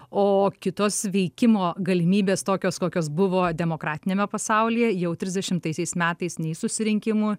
o kitos veikimo galimybės tokios kokios buvo demokratiniame pasaulyje jau trisdešimtaisiais metais nei susirinkimų